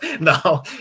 No